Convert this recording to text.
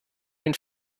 den